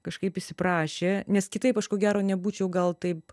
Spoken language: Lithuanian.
kažkaip įsiprašė nes kitaip aš ko gero nebūčiau gal taip